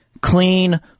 clean